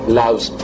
loves